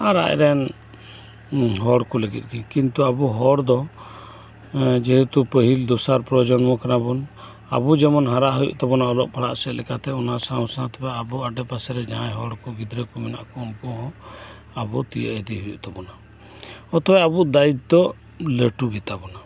ᱟᱨ ᱟᱡᱨᱮᱱ ᱦᱚᱲᱠᱩ ᱞᱟᱹᱜᱤᱫ ᱜᱤ ᱠᱤᱱᱛᱩ ᱟᱵᱩ ᱦᱚᱲᱫᱚ ᱡᱮᱦᱮᱛᱩ ᱯᱟᱹᱦᱤᱞ ᱫᱚᱥᱟᱨ ᱯᱨᱚᱡᱚᱱᱢᱚ ᱠᱟᱱᱟᱵᱩᱱ ᱟᱵᱩ ᱡᱮᱢᱚᱱ ᱦᱟᱨᱟ ᱦᱩᱭᱩᱜ ᱛᱟᱵᱩᱱ ᱚᱱᱟ ᱚᱞᱚᱜ ᱯᱟᱲᱦᱟᱜ ᱥᱮᱫᱞᱮᱠᱟᱛᱮ ᱚᱱᱟ ᱥᱟᱶ ᱥᱟᱶᱛᱮ ᱟᱵᱩ ᱟᱰᱮ ᱯᱟᱥᱮ ᱨᱮ ᱡᱟᱦᱟᱸᱭ ᱦᱚᱲᱠᱩ ᱜᱤᱫᱽᱨᱟᱹᱠᱩ ᱢᱮᱱᱟᱜ ᱠᱩ ᱩᱱᱠᱩᱦᱚᱸ ᱟᱵᱩ ᱛᱤᱭᱟᱹᱜ ᱤᱫᱤ ᱦᱩᱭᱩᱜ ᱛᱟᱵᱩᱱᱟ ᱚᱛᱚᱭᱮᱵ ᱟᱵᱩ ᱫᱟᱭᱤᱛᱚ ᱞᱟᱹᱴᱩ ᱜᱮᱛᱟ ᱵᱚᱱᱟ